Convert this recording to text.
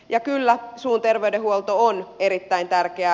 ja kyllä suun terveydenhuolto on erittäin tärkeää